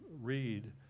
read